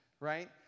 right